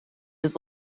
his